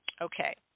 okay